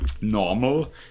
normal